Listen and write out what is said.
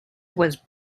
was